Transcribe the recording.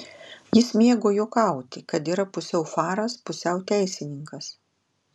jis mėgo juokauti kad yra pusiau faras pusiau teisininkas